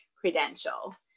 credential